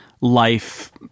life